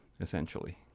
essentially